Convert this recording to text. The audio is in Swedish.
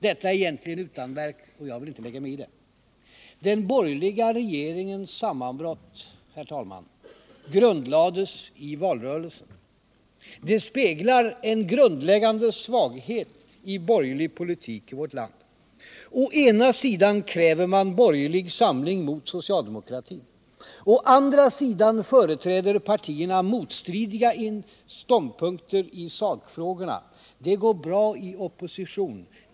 Detta är egentligen utanverk, och jag vill inte lägga mig i det. Den borgerliga regeringens sammanbrott grundlades i valrörelsen. Det speglar en grundläggande svaghet i borgerlig politik i vårt land. Å ena sidan kräver man borgerlig samling mot socialdemokratin. Å andra sidan företräder partierna motstridiga ståndpunkter i sakfrågorna. Det går bra i opposition.